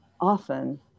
often